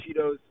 Cheetos